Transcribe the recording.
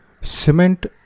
cement